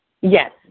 Yes